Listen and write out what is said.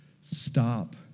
stop